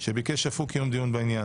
שאף הוא ביקש קיום דיון בעניין.